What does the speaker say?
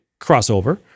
crossover